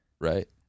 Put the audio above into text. right